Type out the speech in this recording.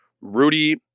Rudy